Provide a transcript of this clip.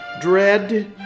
dread